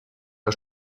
der